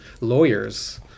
lawyers